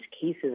cases